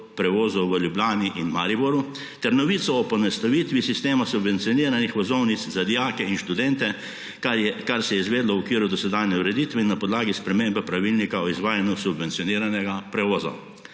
prevozov v Ljubljani in Mariboru ter novico o poenostavitvi sistema subvencioniranih vozovnic za dijake in študente, kar se je izvedlo v okviru dosedanje ureditve in na podlagi spremembe Pravilnika o izvajanju subvencioniranega prevoza.